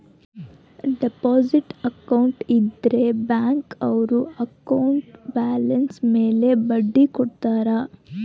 deposit account ಇದ್ರ bank ಅವ್ರು account balance ಮೇಲೆ ಬಡ್ಡಿ ಕೊಡ್ತಾರ